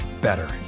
better